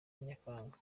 nyakanga